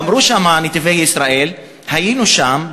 אמרו שם "נתיבי ישראל": היינו שם,